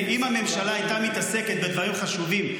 אם הממשלה הייתה מתעסקת בדברים חשובים,